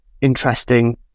interesting